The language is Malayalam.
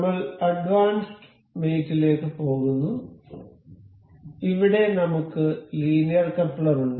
നമ്മൾ അഡ്വാൻസ്ഡ് മേറ്റ് ലേക്ക് പോകുന്നു ഇവിടെ നമുക്ക് ലീനിയർ കപ്ലർ ഉണ്ട്